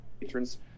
patrons